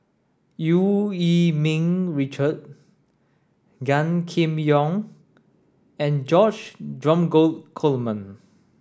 Eu Yee Ming Richard Gan Kim Yong and George Dromgold Coleman